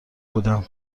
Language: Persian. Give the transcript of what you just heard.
بودم